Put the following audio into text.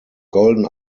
golden